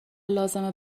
لازمه